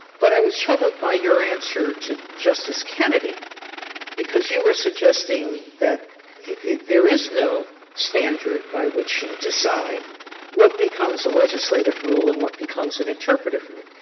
but i was troubled by your answer to justice kennedy because you were suggesting that there is no standard by which you decide what becomes a legislative rule and what becomes an interpretative rule.